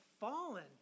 fallen